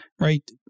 right